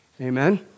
Amen